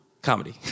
Comedy